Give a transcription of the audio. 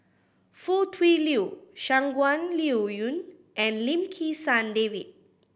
Foo Tui Liew Shangguan Liuyun and Lim Kim San David